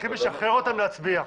צריכים לשחרר אותם להצביע.